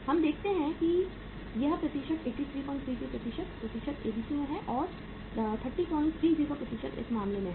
हम देखते हैं कि यह 8333 प्रतिशत ABC में है और 3030 प्रतिशत इस मामले में है